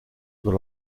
dans